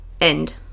End